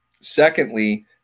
Secondly